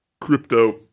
crypto